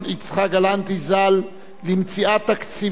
זיכרונו לברכה,